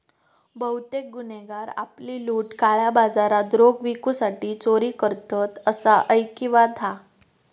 बहुतेक गुन्हेगार आपली लूट काळ्या बाजारात रोख विकूसाठी चोरी करतत, असा ऐकिवात हा